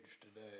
today